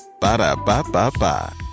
Ba-da-ba-ba-ba